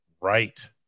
right